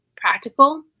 practical